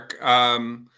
Mark